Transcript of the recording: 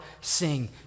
sing